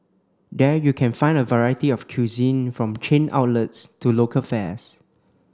there you can find a variety of cuisine from chain outlets to local fares